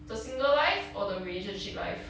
the single life or the relationship life